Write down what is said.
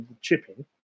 chipping